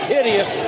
hideous